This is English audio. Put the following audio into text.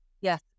Yes